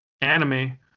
anime